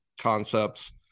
concepts